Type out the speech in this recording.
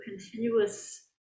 continuous